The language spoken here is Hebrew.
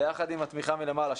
ביחד עם התמיכה מלמעלה,